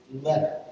letter